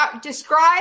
Describe